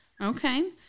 Okay